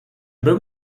był